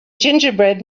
gingerbread